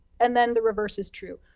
and then, the reverse is true.